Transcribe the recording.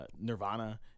Nirvana